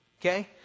okay